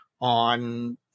on